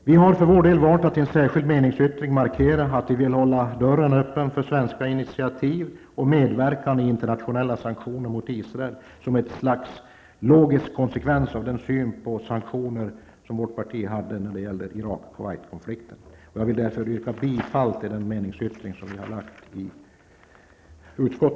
Vi har för vår del valt att i en särskild meningsyttring markera att vi vill hålla dörren öppen för svenska initiativ och medverkan i internationella sanktioner mot Israel, detta som ett slags logisk konsekvens av den syn på sanktioner vårt parti hade när det gällde Irak--Kuwaitkonflikten. Jag vill därför yrka bifall till den meningsyttring vi har avgett.